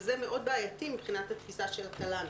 שזה בעייתי מאוד מבחינת התפיסה של התל"ן,